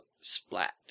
Splat